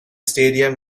stadium